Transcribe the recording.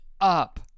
up